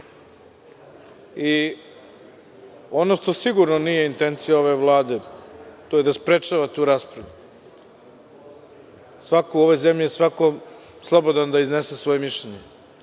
Ono što sigurno nije intencija ove Vlade, to je da sprečava tu raspravu.U ovoj zemlji je svako slobodan da iznese svoje mišljenje.